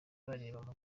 bareba